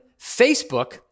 Facebook